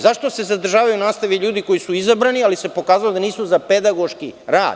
Zašto se zadržavaju na nastavi ljudi koji su izbrani, ali se pokazalo da nisu za pedagoški rad?